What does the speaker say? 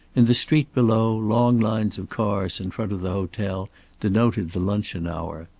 in the street below long lines of cars in front of the hotel denoted the luncheon hour.